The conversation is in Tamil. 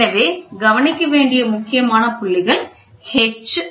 எனவே கவனிக்க வேண்டிய முக்கியமான புள்ளிகள் H d மற்றும் h